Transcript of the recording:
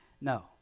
No